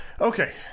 Okay